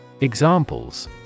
Examples